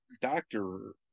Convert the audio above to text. doctor-